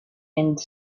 ends